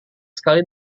sekali